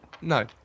No